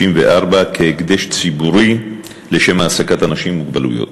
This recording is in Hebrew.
כהקדש ציבורי לשם העסקת אנשים עם מוגבלויות.